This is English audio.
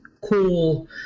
cool